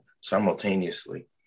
simultaneously